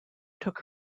took